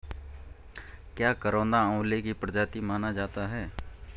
क्या करौंदा आंवले की प्रजाति माना जाता है?